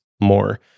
more